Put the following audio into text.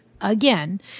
again